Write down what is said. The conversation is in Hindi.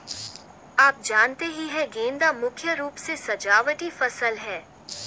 आप जानते ही है गेंदा मुख्य रूप से सजावटी फसल है